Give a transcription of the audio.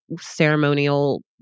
ceremonial